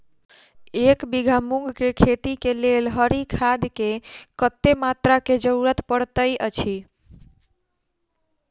एक बीघा मूंग केँ खेती केँ लेल हरी खाद केँ कत्ते मात्रा केँ जरूरत पड़तै अछि?